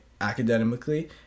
academically